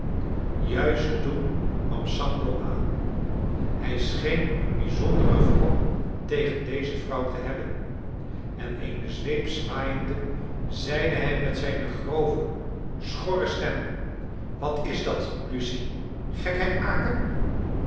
juist toen kwam sambo aan hij scheen een bijzonderen wrok tegen deze vrouw te hebben en eene zweep zwaaiende zeide hij met zijne grove schorre stem wat is dat lucy gekheid maken